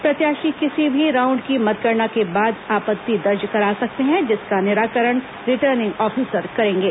प्रत्याशी किसी भी राउंड की मतगणना के बाद आपत्ति दर्ज करा सकते हैं जिसका निराकरण रिटर्निंग ऑफिसर करेंगे